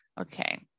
Okay